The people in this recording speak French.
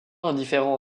indifférent